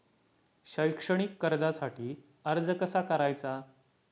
शैक्षणिक कर्जासाठी अर्ज कसा करायचा?